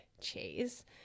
cheese